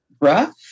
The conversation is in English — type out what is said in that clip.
rough